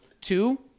Two